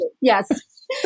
Yes